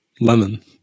lemon